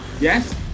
Yes